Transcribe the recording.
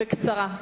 בקצרה.